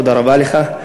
תודה רבה לך.